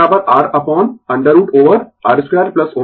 Cos θ R upon √ over R 2ω L 2